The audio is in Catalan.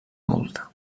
multa